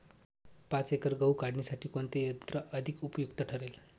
पाच एकर गहू काढणीसाठी कोणते यंत्र अधिक उपयुक्त ठरेल?